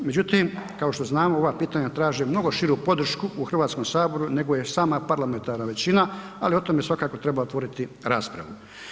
Međutim kao što znamo, ova pitanja traže mnogo široku podršku u Hrvatskom saboru nego je sama parlamentarna većina ali o tome svakako treba otvoriti raspravu.